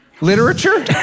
literature